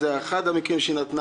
זה לא קשור לרשויות מקומיות.